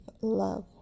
love